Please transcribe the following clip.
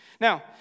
Now